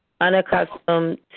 unaccustomed